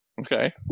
Okay